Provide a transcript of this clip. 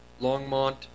Longmont